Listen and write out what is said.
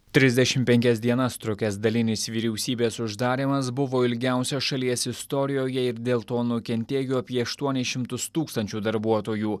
trisdešimt penkias dienas trukęs dalinis vyriausybės uždarymas buvo ilgiausias šalies istorijoje ir dėl to nukentėjo apie aštuonis šimtus tūkstančių darbuotojų